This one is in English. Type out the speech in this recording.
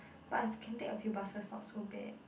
but I've can take a few buses not so bad